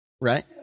right